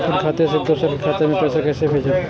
हम अपन खाता से दोसर के खाता मे पैसा के भेजब?